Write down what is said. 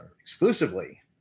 exclusively